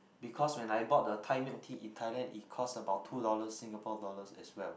because when I bought the Thai milk tea in Thailand it cost about two dollars Singapore dollars as well